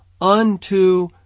unto